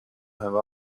have